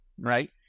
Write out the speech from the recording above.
right